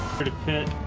pretty pit